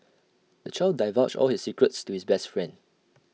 the child divulged all his secrets to his best friend